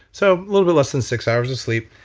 so little bit less than six hours of sleep.